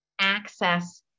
access